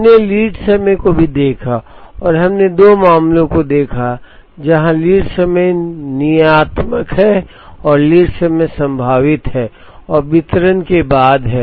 हमने लीड समय को भी देखा और हमने दो मामलों को देखा जहां लीड समय नियतात्मक है और लीड समय संभावित है और वितरण के बाद है